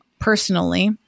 personally